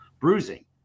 bruising